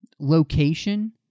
location